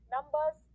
Numbers